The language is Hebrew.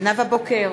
נאוה בוקר,